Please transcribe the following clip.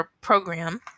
program